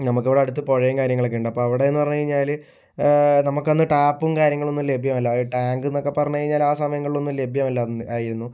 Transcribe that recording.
നമുക്ക് അവിടെ അടുത്ത് പുഴയും കാര്യങ്ങളുമൊക്കെ ഉണ്ട് അപ്പം അവിടെ എന്ന് പറഞ്ഞു കഴിഞ്ഞാല് നമുക്ക് അന്ന് ടാപ്പും കാര്യങ്ങളും ഒന്നും ലഭ്യമല്ല അത് ടാങ്ക് എന്നൊക്കെ പറഞ്ഞു കഴിഞ്ഞാല് ആ സമയങ്ങളിലൊന്നും ലഭ്യമല്ല ആയിരുന്നു